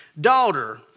Daughter